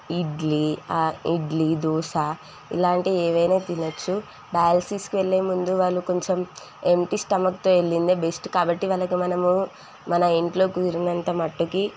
ఇడ్లీ ఇడ్లీ దోశ ఇలాంటివి ఏవైనా తినవచ్చు డయాల్సిస్కి వెళ్ళేముందు వాళ్ళు కొంచెం ఎంప్టీ స్ట మక్తో వెళ్ళేదే బెస్ట్ కాబట్టి వాళ్ళకి మనము మన ఇంట్లో కుదిరినంతమట్టుకి